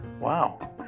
wow